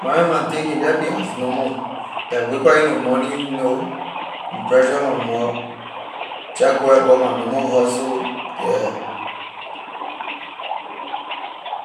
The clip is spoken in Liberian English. My man my day can just be as normal like wake up in ley morning you know brush up my mouth jeh go about my normal hustle yeah